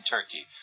Turkey